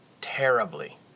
terribly